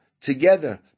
together